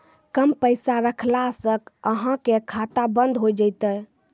कम पैसा रखला से अहाँ के खाता बंद हो जैतै?